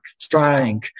trying